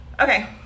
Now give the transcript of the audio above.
Okay